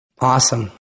Awesome